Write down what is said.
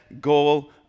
goal